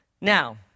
Now